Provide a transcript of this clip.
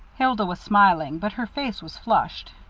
hilda was smiling, but her face was flushed.